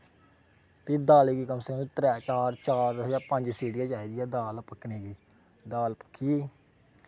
फिर दाली गी कम से कम त्रै चार पंज सीटियां चाहिदियां दाल पकने गी